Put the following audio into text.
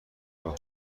راه